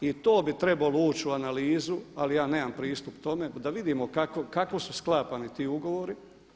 I to bi trebalo ući u analizu, ali ja nemam pristup tome da vidimo kako su sklapani ti ugovori.